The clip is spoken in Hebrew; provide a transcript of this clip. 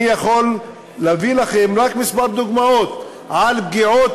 אני יכול להביא לכם רק כמה דוגמאות על פגיעות